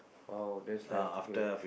!wow! that's nice to hear